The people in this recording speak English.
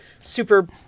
super